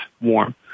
warm